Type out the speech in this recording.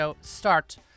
start